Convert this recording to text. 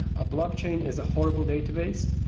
a blockchain is a horrible database.